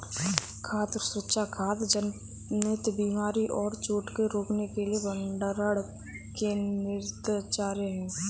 खाद्य सुरक्षा खाद्य जनित बीमारी और चोट को रोकने के भंडारण में दिनचर्या से है